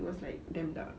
it was like damn dark